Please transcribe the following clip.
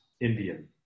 Indian